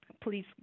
please